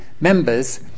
members